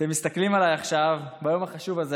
אתם מסתכלים עליי עכשיו ביום החשוב הזה